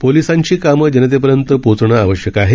पोलिसांची कामं जनतेपर्यंत पोहोचणं आवश्यक आहे